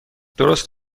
درست